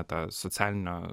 tą socialinio